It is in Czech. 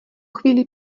chvíli